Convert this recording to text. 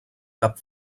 cap